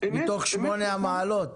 מתוך שמונה המעלות.